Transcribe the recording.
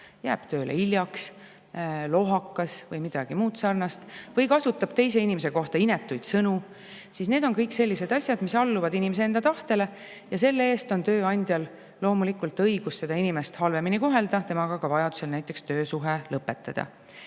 jääb tööle hiljaks, lohakas või midagi muud sarnast või kasutab teise inimese kohta inetuid sõnu, siis need on kõik sellised asjad, mis alluvad inimese enda tahtele. Ja selle eest on tööandjal loomulikult õigus seda inimest halvemini kohelda, temaga ka vajaduse korral näiteks töösuhe lõpetada.